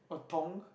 a tong